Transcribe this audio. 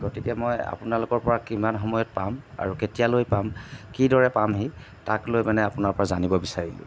গতিকে মই আপোনালোকৰপৰা কিমান সময়ত পাম আৰু কেতিয়ালৈ পাম কি দৰে পাম সি তাক লৈ মানে আপোনাৰপৰা জানিব বিচাৰিলোঁ